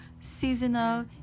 seasonal